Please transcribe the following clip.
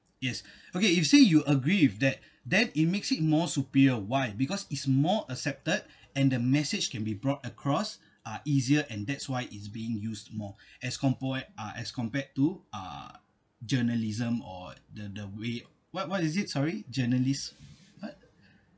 yes okay you say you agree with that then it makes it more superior why because it's more accepted and the message can be brought across uh easier and that's why it's being used more as uh as compared to uh journalism or the the way what what is it sorry journalists what